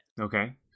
Okay